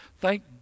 Thank